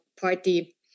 party